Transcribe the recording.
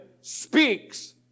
speaks